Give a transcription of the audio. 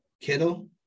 Kittle